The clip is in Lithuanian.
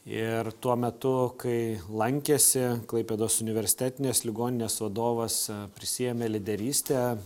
ir tuo metu kai lankėsi klaipėdos universitetinės ligoninės vadovas prisiėmė lyderystę